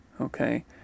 okay